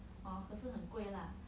hor 可是很贵 lah